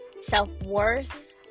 self-worth